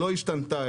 לא השתנתה.